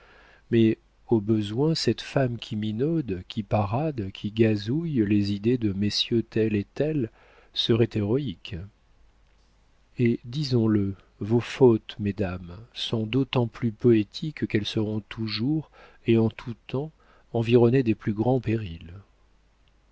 mais au besoin cette femme qui minaude qui parade qui gazouille les idées de messieurs tels et tels serait héroïque et disons-le vos fautes mesdames sont d'autant plus poétiques qu'elles seront toujours et en tout temps environnées des plus grands périls